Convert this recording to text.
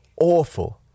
awful